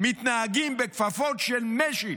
מתנהגים בכפפות של משי.